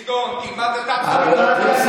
גדעון, תלמד אתה קודם,